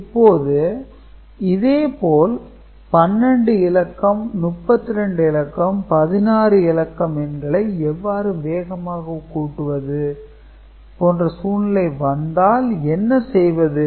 இப்போது இதேபோல் 12 இலக்கம் 32 இலக்கம் 16 இலக்கம் எண்களை எவ்வாறு வேகமாக கூட்டுவது போன்ற சூழ்நிலை வந்தால் என்ன செய்வது